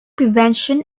prevention